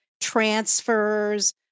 transfers